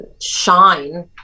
shine